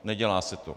Nedělá se to.